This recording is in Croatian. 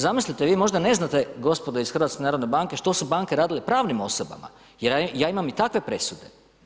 Zamislite vi možda ne znate gospodo iz HNB-a što su banke radile pravnim osobama, ja imam i takve presude.